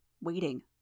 waiting